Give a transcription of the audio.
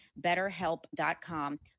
Betterhelp.com